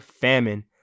famine